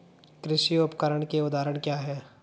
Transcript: कृषि उपकरण के उदाहरण क्या हैं?